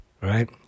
right